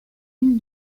une